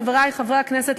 חברי חברי הכנסת,